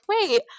Wait